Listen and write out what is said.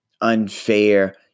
unfair